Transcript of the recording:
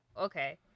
okay